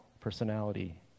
personality